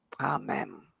amen